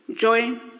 join